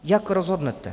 Jak rozhodnete?